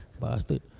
Bastard